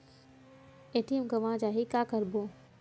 ATM गवां जाहि का करबो?